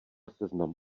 seznam